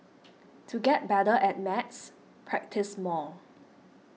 to get better at maths practise more